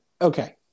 okay